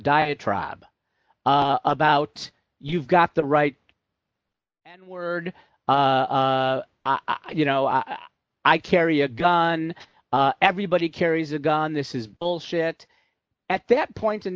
diatribe about you've got the right word i you know i i carry a gun everybody carries a gun this is bullshit at that point in